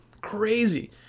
crazy